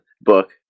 book